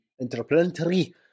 Interplanetary